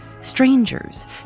strangers